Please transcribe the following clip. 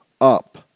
up